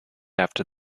after